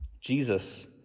Jesus